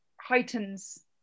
heightens